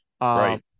Right